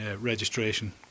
registration